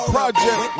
Project